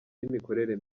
n’imikorere